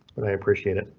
but i appreciate it.